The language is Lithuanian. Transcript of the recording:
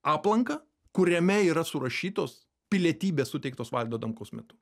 aplanką kuriame yra surašytos pilietybės suteiktos valdo adamkaus metu